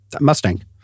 mustang